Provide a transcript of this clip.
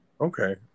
Okay